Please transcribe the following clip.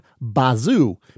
bazoo